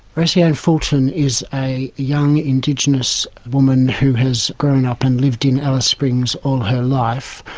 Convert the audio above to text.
rosie anne fulton is a young indigenous woman who has grown up and lived in alice springs all her life.